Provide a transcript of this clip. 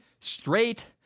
straight